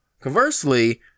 Conversely